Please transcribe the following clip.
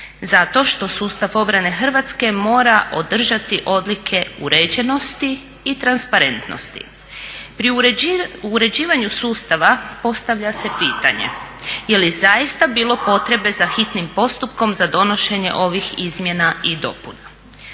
Zato što sustav obrane Hrvatske mora održati odlike uređenosti i transparentnosti. Pri uređivanju sustava postavlja se pitanje je li zaista bilo potrebe za hitnim postupkom za donošenje ovih izmjena i dopuna?